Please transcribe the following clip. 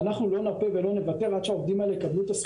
ואנחנו לא נוותר עד שהעובדים האלה יקבלו את הזכויות,